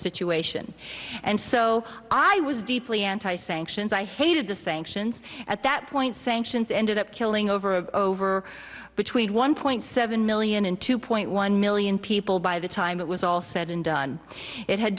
situation and so i was deeply anti sanctions i hated the sanctions at that point sanctions ended up killing over and over between one point seven million and two point one million people by the time it was all said and done it had